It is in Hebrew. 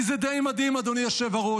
כי זה די מדהים, אדוני היושב-ראש,